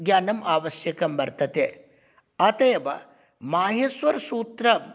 ज्ञानम् आवश्यकं वर्तते अत एव माहेश्वरसूत्रं